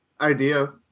idea